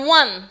one